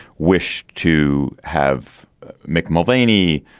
wish to have mick mulvaney,